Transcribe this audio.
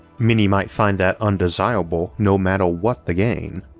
many might find that undesirable no matter what the gain.